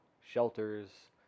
Shelters